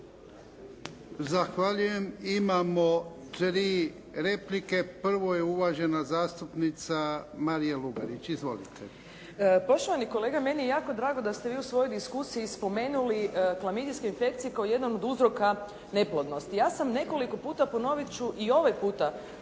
Zahvaljujem. Imamo tri replike. Prvo je uvažena zastupnica Marija Lugarić. Izvolite. **Lugarić, Marija (SDP)** Poštovani kolega meni je jako drago da ste vi u svojoj diskusiji spomenuli klamidijske infekcije kao jedan od uzroka neplodnosti. Ja sam nekoliko puta ponovit ću i ovaj puta